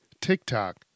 TikTok